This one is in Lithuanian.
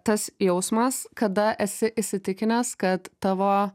tas jausmas kada esi įsitikinęs kad tavo